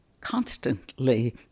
constantly